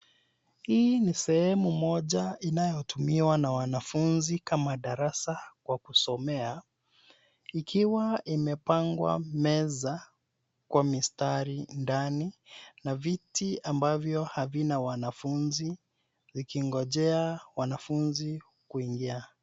Hii ni sehemu moja inayotumiwa na wanafunzi kama darasa kwa kusomea, ikiwa imepangwa meza kwa mistari ndani na viti ambavyo havina wanafunzi zikingojea wanafunzi kuingia.